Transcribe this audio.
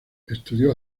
estudió